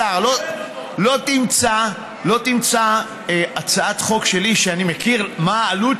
לא תמצא הצעת חוק שלי שאני מכיר מה העלות